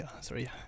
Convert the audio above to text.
Sorry